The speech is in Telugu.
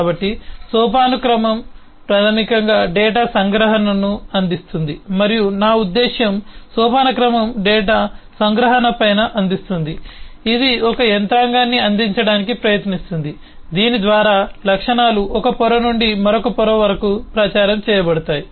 కాబట్టి సోపానక్రమం ప్రాథమికంగా డేటా సంగ్రహణను అందిస్తుంది మరియు నా ఉద్దేశ్యం సోపానక్రమం డేటా సంగ్రహణ పైన అందిస్తుంది ఇది ఒక యంత్రాంగాన్ని అందించడానికి ప్రయత్నిస్తుంది దీని ద్వారా లక్షణాలు ఒక పొర నుండి మరొక పొర వరకు ప్రచారం చేయబడతాయి